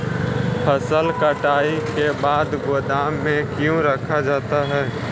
फसल कटाई के बाद गोदाम में क्यों रखा जाता है?